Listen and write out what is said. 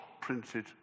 printed